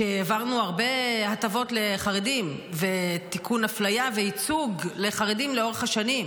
כשהעברנו הרבה הטבות לחרדים ותיקון אפליה וייצוג לחרדים לאורך השנים,